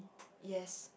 yes